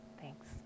Thanks